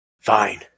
fine